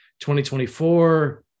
2024